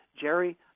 Jerry